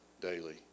daily